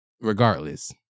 Regardless